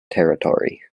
territory